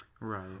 Right